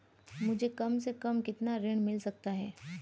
मुझे कम से कम कितना ऋण मिल सकता है?